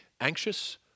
anxious